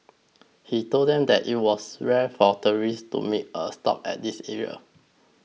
he told them that it was rare for tourists to make a stop at this area